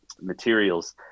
materials